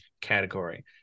category